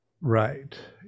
right